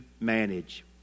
manage